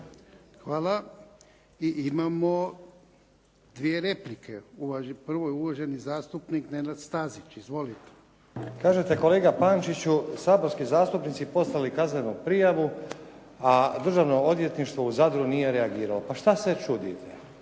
Hvala. I imamo dvije replike. Prvo je uvaženi zastupnik Nenad Stazić. Izvolite. **Stazić, Nenad (SDP)** Kaže se kolega Pančiću saborski zastupnici poslali kaznenu prijavu a Državno odvjetništvo u Zadru nije reagiralo. Pa šta se čudite?